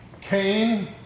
Cain